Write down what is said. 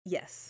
Yes